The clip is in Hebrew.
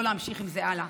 לא להמשיך עם זה הלאה.